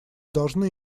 должны